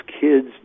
kids